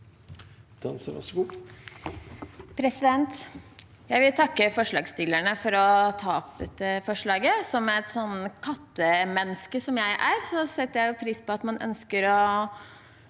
Jeg vil takke for- slagsstillerne for å ta opp dette forslaget. Som det kattemennesket jeg er, setter jeg pris på at man ønsker å